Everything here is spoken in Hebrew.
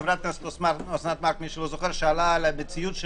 חברת הכנסת אוסנת מארק שאלה על המציאות של